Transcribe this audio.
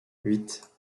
huit